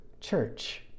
Church